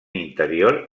interior